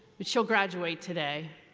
but she'll graduate today,